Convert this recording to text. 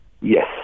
Yes